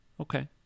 Okay